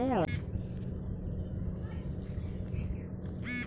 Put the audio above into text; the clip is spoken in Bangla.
কোনো জিনিসের বর্তমান মূল্যকে মোরা প্রেসেন্ট ভ্যালু বলতেছি